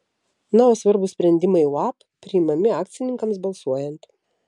na o svarbūs sprendimai uab priimami akcininkams balsuojant